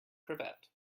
cravat